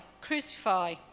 Crucify